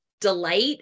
delight